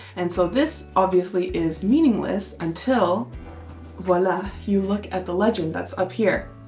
and so this obviously is meaningless until voila, you look at the legend. that's up here.